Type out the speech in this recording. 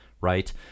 right